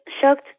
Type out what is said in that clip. shocked